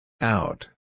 Out